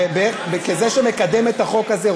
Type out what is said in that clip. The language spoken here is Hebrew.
כזה שמקדם את החוק הזה,